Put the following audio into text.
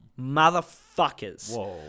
motherfuckers